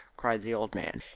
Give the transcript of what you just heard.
cried the old man.